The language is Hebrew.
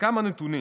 כמה נתונים: